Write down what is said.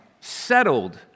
Settled